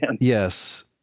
Yes